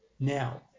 Now